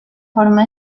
forma